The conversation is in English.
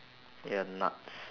ya nuts